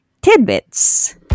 tidbits